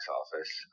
office